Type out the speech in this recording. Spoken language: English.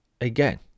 again